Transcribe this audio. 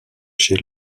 chez